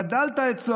גדלת אצלו,